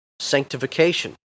sanctification